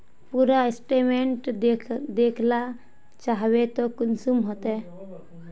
पूरा स्टेटमेंट देखला चाहबे तो कुंसम होते?